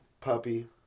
puppy